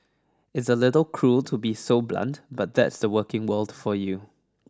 it's a little cruel to be so blunt but that's the working world for you